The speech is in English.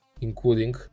Including